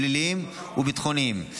פליליים וביטחוניים.